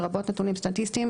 לרבות נתונים סטטיסטיים,